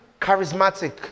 charismatic